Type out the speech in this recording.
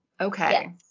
okay